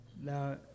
Now